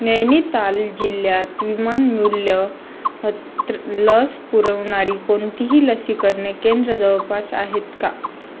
नैनिताल जिल्ह्यात किमानमूल्य हत्र लस पुरवणारी कोणतीही लसीकरणे केंद्रं जवळपास आहेत का